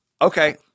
Okay